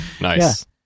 Nice